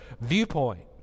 viewpoint